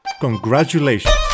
congratulations